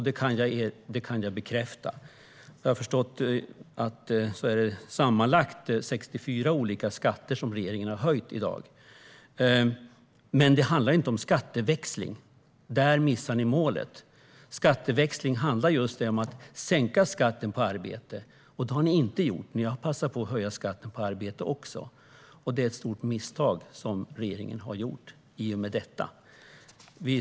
Det kan jag bekräfta. Jag har förstått att det är sammanlagt 64 olika skatter som regeringen har höjt. Men det handlar inte om skatteväxling. Där missar ni målet. Skatteväxling handlar just om att sänka skatten på arbete. Det har ni inte gjort. Ni har passat på att höja skatten på arbete också. Det är ett stort misstag som regeringen har gjort i och med detta.